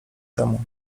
temu